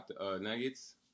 Nuggets